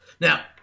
Now